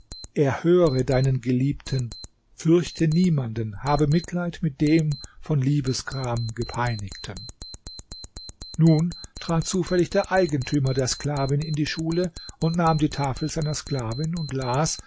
erhöre deinen geliebten fürchte niemanden habe mitleid mit dem von liebesgram gepeinigten nun trat zufällig der eigentümer der sklavin in die schule und nahm die tafel seiner sklavin und las